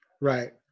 Right